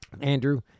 Andrew